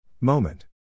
Moment